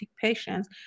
patients